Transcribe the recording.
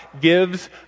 gives